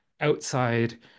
outside